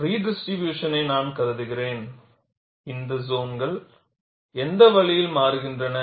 ரிடிஸ்ட்ரிபியூஷனை நான் கருதுகிறேன் இந்த சோன்கள் எந்த வழியில் மாறுகின்றன